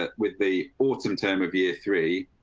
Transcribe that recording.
ah with the autumn time of year three.